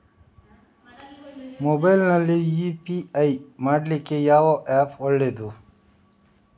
Mobile ನಲ್ಲಿ UPI ಮಾಡ್ಲಿಕ್ಕೆ ಯಾವ ಆ್ಯಪ್ ಒಳ್ಳೇದು?